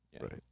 right